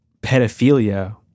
pedophilia